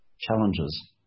challenges